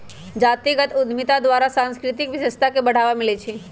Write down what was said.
जातीगत उद्यमिता द्वारा सांस्कृतिक विशेषता के बढ़ाबा मिलइ छइ